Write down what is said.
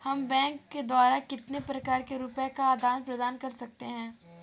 हम बैंक द्वारा कितने प्रकार से रुपये का आदान प्रदान कर सकते हैं?